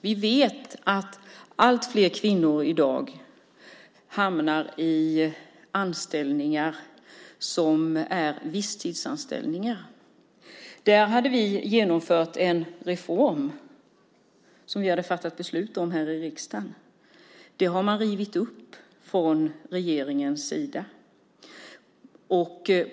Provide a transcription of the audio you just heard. Vi vet att allt fler kvinnor i dag hamnar i visstidsanställningar. Där hade vi genomfört en reform, som vi hade fattat beslut om här i riksdagen. Det har man rivit upp från regeringens sida.